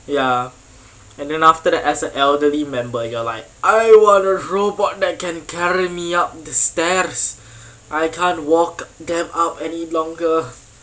ya and then after that as a elderly member you are like I want a robot that can carry me up the stairs I can't walk them to get up any longer